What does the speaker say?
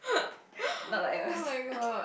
not like us